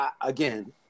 again